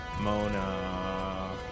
Mona